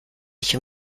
dich